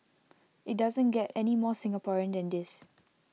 IT doesn't get any more Singaporean than this